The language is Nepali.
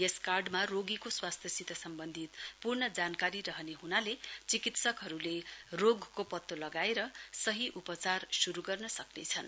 यस कार्डमा रोगीको स्वास्थ्यसित सम्वन्धित पूर्ण जानकारी रहने हुनाले चिकितसकहरूले रोगको पत्तो लगाएर सही उपचार शुरू गर्न सक्नेछन्